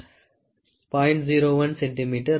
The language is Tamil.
01 சென்டிமீட்டர் ஆகும்